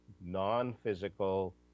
non-physical